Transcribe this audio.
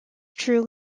true